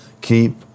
keep